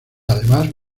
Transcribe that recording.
además